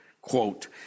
Quote